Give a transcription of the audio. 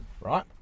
right